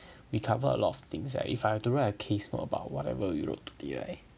we covered a lot of things eh if I have to write a case for about whatever we wrote today right